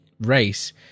race